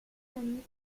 den